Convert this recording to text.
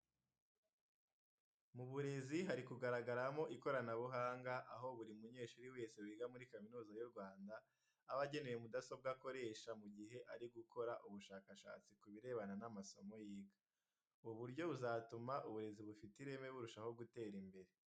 Mu burezi hari kugaragaramo ikoranabuhanga, aho buri munyeshuri wese wiga muri Kaminuza y'u Rwanda aba agenewe mudasobwa akoresha mu gihe ari gukora ubushakashatsi ku birebana n'amasomo yiga. Ubu buryo buzatuma uburezi bufite ireme burushaho gutera imbere.